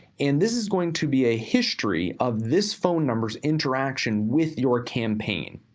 and this is going to be a history of this phone number's interaction with your campaign.